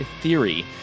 Theory